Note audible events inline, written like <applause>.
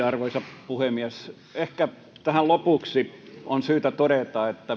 <unintelligible> arvoisa puhemies ehkä tähän lopuksi on syytä todeta